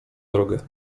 drogę